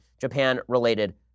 Japan-related